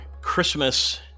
Christmas